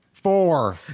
Four